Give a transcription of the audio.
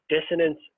dissonance